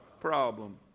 problem